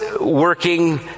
working